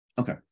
Okay